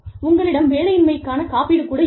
உங்களிடம் வேலையின்மைக்கான காப்பீடு கூட இருக்கலாம்